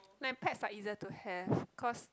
but pets are easier to have because